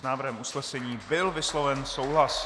S návrhem usnesení byl vysloven souhlas.